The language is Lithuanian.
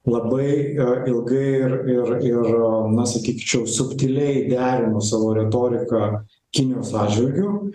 labai ilgai ir ir ir na sakyčiau subtiliai derino savo retoriką kinijos atžvilgiu